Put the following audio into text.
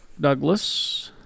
Douglas